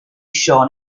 show